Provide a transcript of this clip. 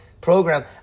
program